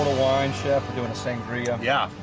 ah wine chef doing sangria yeah,